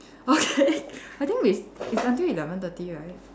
okay I think we it's until eleven thirty right